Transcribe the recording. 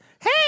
Hey